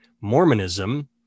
Mormonism